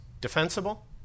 Defensible